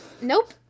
Nope